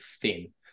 thin